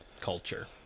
culture